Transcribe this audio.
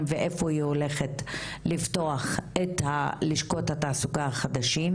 ואיפה היא הולכת לפתוח את לשכות התעסוקה החדשות.